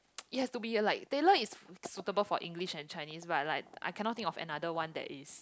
it has to be like Taylor is suitable for English and Chinese but like I cannot think of another one that is